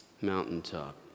Mountaintop